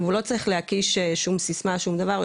הוא לא צריך להקיש שום סיסמה ושום דבר,